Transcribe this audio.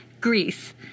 Greece